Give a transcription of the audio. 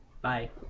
Bye